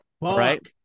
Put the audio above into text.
Right